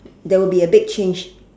there would be a big change